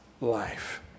life